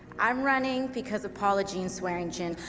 i'm running because of paula jean swearengin.